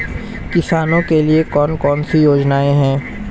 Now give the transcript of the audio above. किसानों के लिए कौन कौन सी योजनाएं हैं?